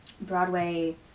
Broadway